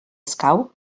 escau